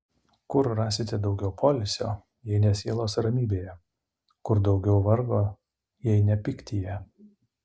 kur rasite daugiau poilsio jei ne sielos ramybėje kur daugiau vargo jei ne pyktyje